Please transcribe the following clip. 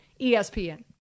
ESPN